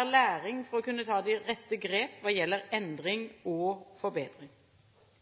er læring for å kunne ta de rette grep hva gjelder endring og forbedring.